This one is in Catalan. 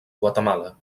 guatemala